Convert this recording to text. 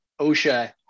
OSHA